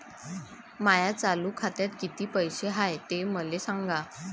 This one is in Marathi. माया चालू खात्यात किती पैसे हाय ते मले सांगा